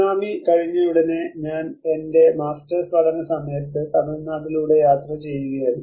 tsunami കഴിഞ്ഞയുടനെ ഞാൻ എൻറെ മാസ്റ്റേഴ്സ് പഠന സമയത്ത് തമിഴ്നാട്ടിലൂടെ യാത്ര ചെയ്യുകയായിരുന്നു